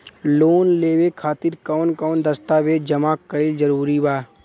Loan लेवे खातिर कवन कवन दस्तावेज जमा कइल जरूरी बा?